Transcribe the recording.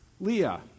Leah